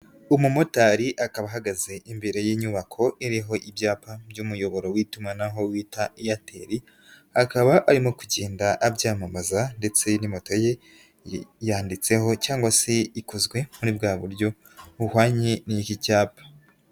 umumotari akaba ahagaze imbere y'inyubako iriho ibyapa by'umuyoboro w'itumanaho bita Airtel, akaba arimo kugenda abyamamaza ndetse na moto ye yanditseho cyangwa se ikozwe muri bwa buryo buhwanye n'iki cyapa.